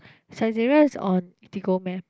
Saizeriya is on Eatigo meh